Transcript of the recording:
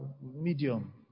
medium